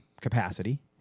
capacity